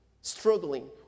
struggling